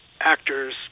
actors